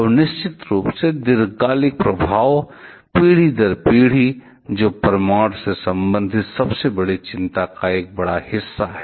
और निश्चित रूप से दीर्घकालिक प्रभाव पीढ़ी दर पीढ़ी जो परमाणु से संबंधित सबसे बड़ी चिंता का एक बड़ा हिस्सा है